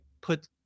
put